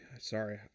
sorry